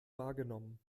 wahrgenommen